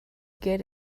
get